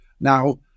Now